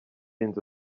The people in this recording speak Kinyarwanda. inzu